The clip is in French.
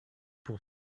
pour